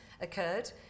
occurred